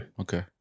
okay